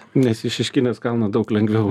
nes į šeškinės kalną daug lengviau